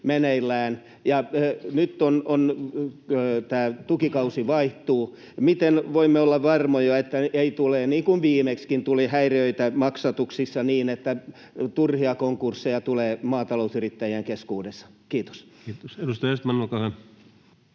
nyt tämä tukikausi vaihtuu. Miten voimme olla varmoja, että ei tule — niin kuin tuli viimeksi — häiriöitä maksatuksissa ja turhia konkursseja maatalousyrittäjien keskuudessa? — Kiitos. [Speech 36] Speaker: